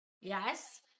Yes